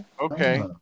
Okay